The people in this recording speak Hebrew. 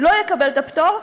לא יקבל את הפטור.